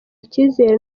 icyizere